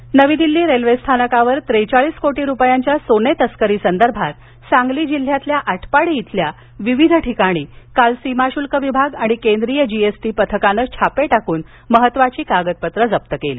सोने तस्करी नवी दिल्ली रेल्वे स्थानकावर त्रेचाळीस कोटी रुपयांच्या सोने तस्करी संदर्भात सांगली जिल्ह्यातील आटपाडीतील विविध ठिकाणी काल सीमाशुल्क विभाग आणि केंद्रीय जीएसटी पथकाने छापे टाकून महत्त्वाची कागदपत्र जप्त केली